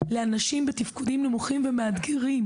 לאנשים בתפקודים נמוכים ומאתגרים.